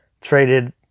traded